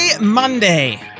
Monday